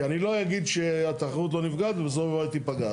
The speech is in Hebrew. כי אני לא אגיד שהתחרות לא נפגעת ובסוף אולי היא תיפגע.